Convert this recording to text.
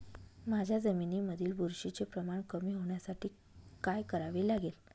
माझ्या जमिनीमधील बुरशीचे प्रमाण कमी होण्यासाठी काय करावे लागेल?